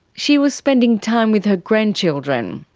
she was spending time with her grandchildren.